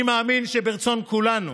אני מאמין שברצון כולנו